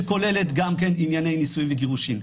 שכולל גם כן ענייני נישואין וגירושין.